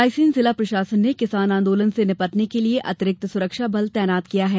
रायसेन जिला प्रशासन ने किसान आंदोलन से निपटने के लिये अतिरिक्त सुरक्षा बल तैनात किया है